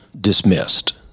dismissed